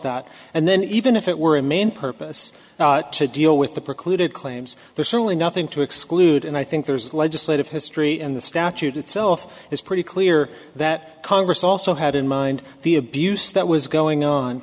that and then even if it were a main purpose to deal with the precluded claims there's certainly nothing to exclude and i think there's legislative history in the statute itself is pretty clear that congress also had in mind the abuse that was going on